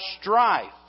strife